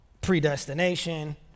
predestination